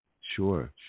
Sure